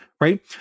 right